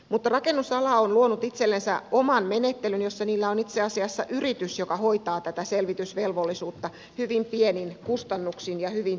mutta rakennusala on luonut itsellensä oman menettelyn jossa niillä on itse asiassa yritys joka hoitaa tätä selvitysvelvollisuutta hyvin pienin kustannuksin ja hyvin tehokkaasti